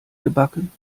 gebacken